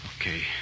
Okay